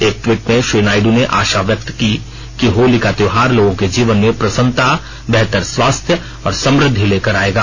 एक ट्वीट में श्री नायडू ने आशा व्यक्त की कि होली का त्योहार लोगों के जीवन में प्रसन्नता बेहतर स्वास्थ और समृद्धि लेकर आएगा